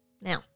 now